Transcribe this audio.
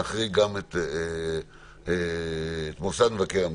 נחריג גם את מוסד מבקר המדינה.